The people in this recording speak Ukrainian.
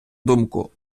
думку